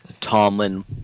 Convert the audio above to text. Tomlin